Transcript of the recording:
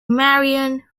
marion